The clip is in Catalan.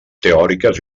teòriques